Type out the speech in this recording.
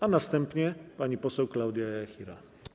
A następnie pani poseł Klaudia Jachira.